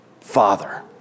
Father